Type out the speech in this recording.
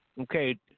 Okay